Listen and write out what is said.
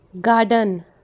Garden